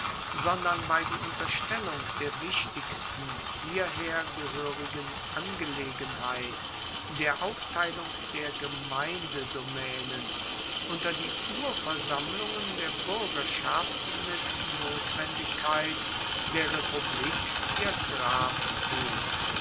sondern weil die unterstellung der wichtigsten hierher gehoerigen angelegenheit der aufteilung der gemeindedomaenen unter die urversammlungen der buergerschaft mit notwendigkeit der republik ihr